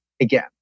again